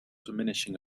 diminishing